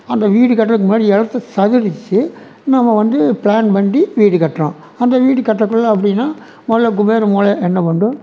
அந்த வீடு கட்டுறதுக்கு முன்னாடி இடத்த நம்ம வந்து ப்ளான் பண்டி வீடு கட்டுறோம் அந்த வீடு கட்டக்குள்ளெ அப்படினா முதல்ல குபேர மூலை என்ன பண்டும்